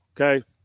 Okay